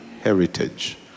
heritage